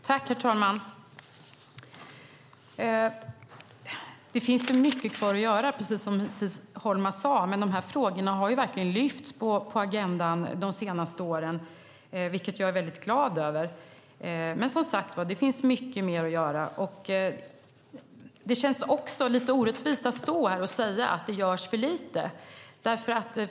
Herr talman! Det finns mycket kvar att göra, precis som Siv Holma sade. Men de här frågorna har verkligen lyfts upp på agendan de senaste åren, vilket jag är väldigt glad över. Men som sagt var finns det mycket mer att göra. Det känns lite orättvist när man står här och säger att det görs för lite.